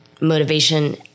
Motivation